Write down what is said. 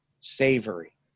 savory